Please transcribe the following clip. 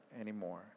anymore